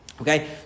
Okay